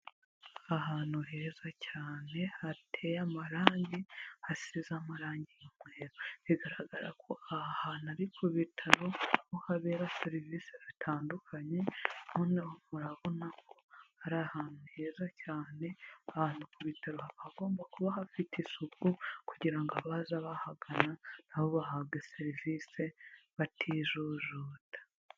Ahantu heza cyane hateye amarange, hasize amarange y'umweru, bigaragara ko aha hantu ari kubitaro, aho habera serivisi zitandukanye, noneho murabona ko ari ahantu heza cyane, ahantu ku bitaro hagomba kuba hafite isuku, kugira ngo abaza bahagana na bo bahabwe serivisi batijujuta.